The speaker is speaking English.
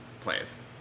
place